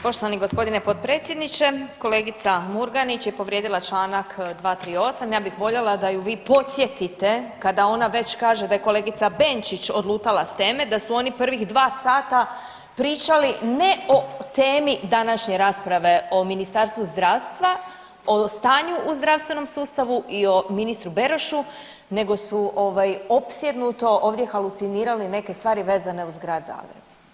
Poštovani g. potpredsjedniče, kolegica Murganić je povrijedila čl. 238., ja bih voljela da ju vi podsjetite kada ona već kaže da je kolegica Benčić odlutala s teme da su oni prvih dva sata pričali ne o temi današnje rasprave o Ministarstvu zdravstva, o stanju u zdravstvenom sustavu i o ministru Berošu nego su ovaj opsjednuto ovdje halucinirali neke stvari vezane uz Grad Zagreb.